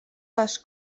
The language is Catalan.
les